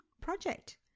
Project